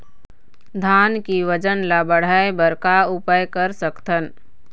धान के वजन ला बढ़ाएं बर का उपाय कर सकथन?